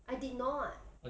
I did not